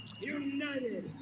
United